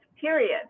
period